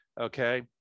okay